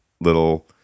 little